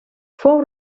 fou